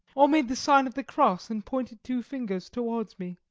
all made the sign of the cross and pointed two fingers towards me.